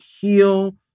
heal